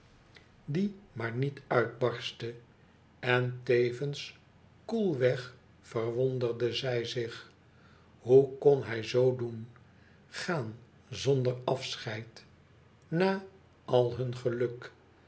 die maar niet uitbarstte en tevens koel weg verwonderde zij zich hoe kon hij zoo doen gaan zonder afscheid naalhun geluk